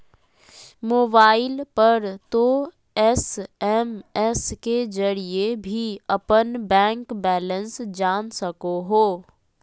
mobile पर तों SMS के जरिए भी अपन बैंक बैलेंस जान सको हो